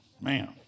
man